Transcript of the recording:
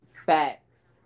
Facts